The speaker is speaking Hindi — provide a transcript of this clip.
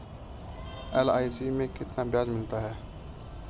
एल.आई.सी में कितना ब्याज मिलता है?